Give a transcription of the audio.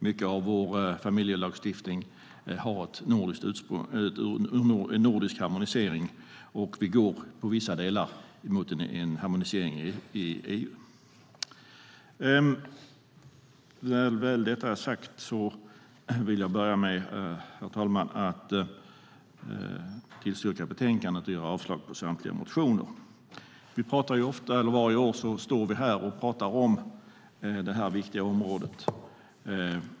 Mycket av vår familjelagstiftning har en nordisk harmonisering, och i vissa delar går vi mot en harmonisering inom EU. Herr talman! När detta är sagt vill jag yrka bifall till förslaget i betänkandet och avslag på samtliga motioner. Varje år står vi här och pratar om det här viktiga området.